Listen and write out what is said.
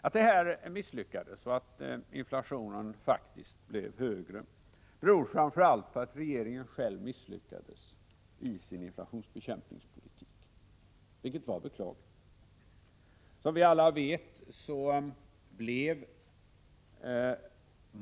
Att detta misslyckades och att inflationen faktiskt blev högre beror framför allt på att regeringen själv misslyckades i sin inflationsbekämpningspolitik, vilket var beklagligt.